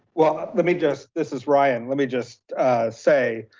well, let me just, this is ryan, let me just say,